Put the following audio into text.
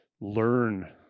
learn